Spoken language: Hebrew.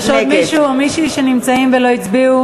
נגד יש עוד מישהו או מישהי שנמצאים ולא הצביעו?